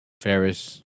Ferris